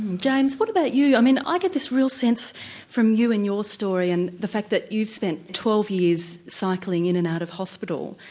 james, what about you? i mean i get this real sense from you and your story and the fact that you've spent twelve years cycling in and out of hospital,